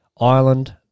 ireland